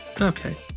Okay